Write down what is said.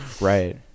Right